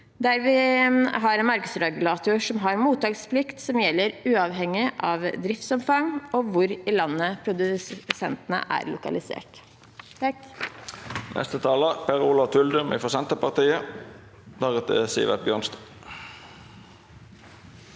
der vi har en markedsregulator som har mottaksplikt, som gjelder uavhengig av driftsomfang og hvor i landet produsentene er lokalisert.